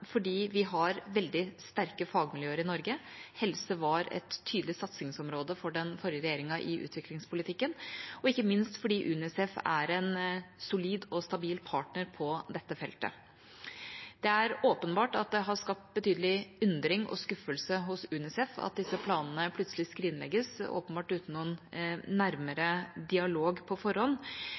vi har veldig sterke fagmiljøer i Norge, helse var et tydelig satsingsområde for den forrige regjeringa i utviklingspolitikken, og ikke minst at UNICEF er en solid og stabil partner på dette feltet. Det er åpenbart at det har skapt betydelig undring og skuffelse hos UNICEF at disse planene plutselig skrinlegges, åpenbart uten noen nærmere dialog på forhånd.